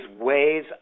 ways